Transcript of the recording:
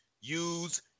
use